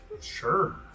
Sure